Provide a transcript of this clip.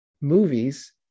movies